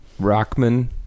Rockman